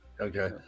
Okay